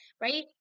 right